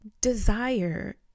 desire